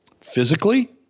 Physically